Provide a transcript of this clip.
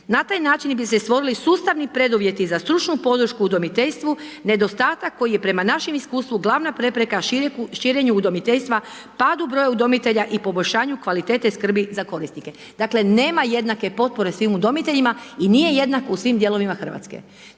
Na taj način bi se stvorili sustavni preduvjeti za stručnu podršku udomiteljstvu, nedostatak koji je prema našem iskustvu glavnu prepreka širenju udomiteljstva, padu broja udomitelja i poboljšanju kvalitete skrbi za korisnike. Dakle nema jednake potpore svim udomiteljima i nije jednako u svim dijelovima Hrvatske,